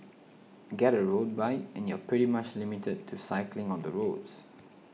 get a road bike and you're pretty much limited to cycling on the roads